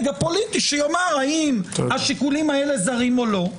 הפוליטי שיגיד אם השיקולים האלה זרים או לא.